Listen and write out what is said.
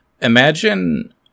Imagine